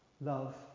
Love